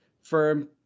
Firm